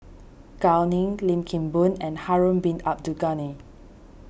Gao Ning Lim Kim Boon and Harun Bin Abdul Ghani